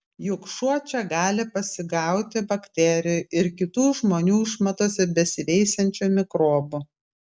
juk šuo čia gali pasigauti bakterijų ir kitų žmonių išmatose besiveisiančių mikrobų